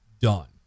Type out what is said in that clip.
done